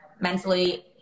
mentally